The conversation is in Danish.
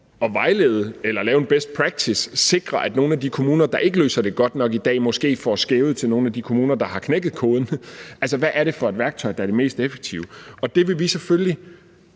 at vejlede eller lave en best practice og sikre, at nogle af de kommuner, der ikke løser det godt nok i dag, måske får skævet til nogle af de kommuner, der har knækket koden? Altså, hvad er det for et værktøj, der er det mest effektive? Vi vil selvfølgelig